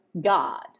God